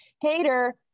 Hater